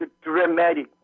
dramatic